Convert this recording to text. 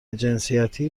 جنسیتی